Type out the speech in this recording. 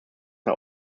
are